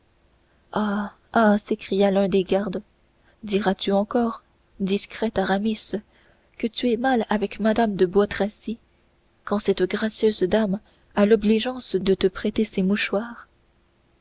ah s'écria un des gardes diras-tu encore discret aramis que tu es mal avec mme de bois tracy quand cette gracieuse dame a l'obligeance de te prêter ses mouchoirs